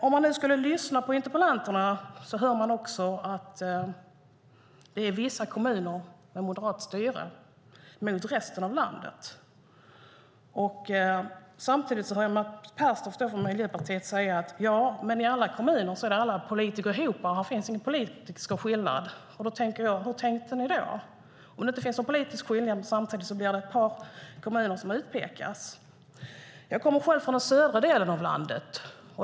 Om man skulle lyssna på interpellanterna hör man att det gäller vissa kommuner med moderat styre men inte resten av landet. Samtidigt hör jag Mats Pertoft från Miljöpartiet säga att i alla kommuner är alla politiker tillsammans, att det inte finns någon politisk skillnad. Då undrar jag: Hur tänkte ni då, om det inte finns någon politisk skillnad samtidigt som ett par kommuner utpekas? Jag kommer själv från den södra delen av landet.